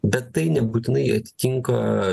bet tai nebūtinai atitinka